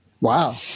Wow